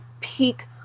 peak